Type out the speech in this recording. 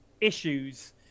issues